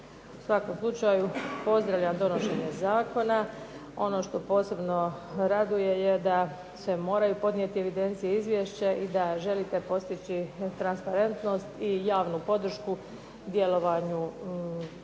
U svakom slučaju pozdravljam donošenje zakona. Ono što posebno raduje je da se moraju podnijeti evidencije izvješća i da želite postići transparentnost i javnu podršku djelovanju i nema